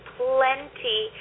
plenty